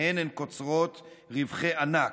שמהן הם קוצרים רווחי ענק.